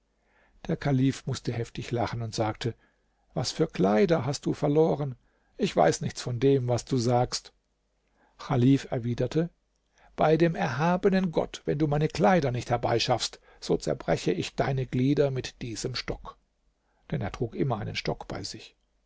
der kalif mußte heftig lachen und sagte was für kleider hast du verloren ich weiß nichts von dem was du sagst chalif erwiderte bei dem erhabenen gott wenn du meine kleider nicht herbeischaffst so zerbreche ich deine glieder mit diesem stock denn er trug immer einen stock bei sich